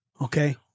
Okay